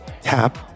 Tap